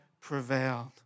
prevailed